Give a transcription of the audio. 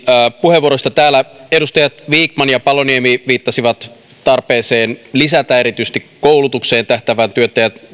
puheenvuoroista täällä edustajat vikman ja paloniemi viittasivat tarpeeseen lisätä erityisesti koulutukseen tähtäävää työtä